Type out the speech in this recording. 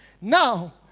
Now